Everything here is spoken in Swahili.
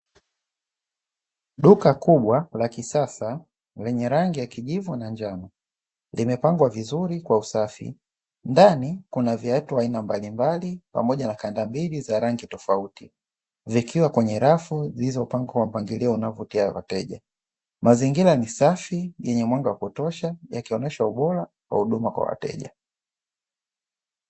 Duka kubwa na la kisasa lenye rangi ya kijivu na njano limepangwa vizuri kwa usafi. Ndani kuna viatu vya aina mbalimbali pamoja na kandambili za aina tofauti zikiwa kwenye rafu zilizopangwa kwa mpangilio unaovutia wateja. Mazingira ni safi na yenye mwanga wa yakionyesha ubora wa huduma kwa wateja.